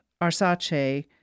Arsace